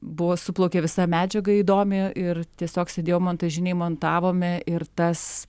buvo suplaukė visa medžiaga įdomi ir tiesiog sėdėjom montažinėj montavome ir tas